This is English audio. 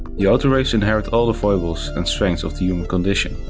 the autoreivs inherit all the foibles and strengths of the human condition,